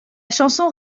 chanson